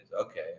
okay